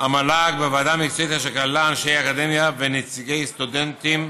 המל"ג בוועדה מקצועית אשר כללה אנשי אקדמיה ונציגי סטודנטים.